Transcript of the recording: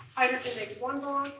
hydrogen makes one bond,